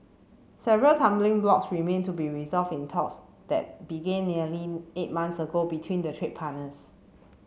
several stumbling blocks remain to be resolved in talks that began nearly eight months ago between the trade partners